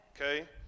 Okay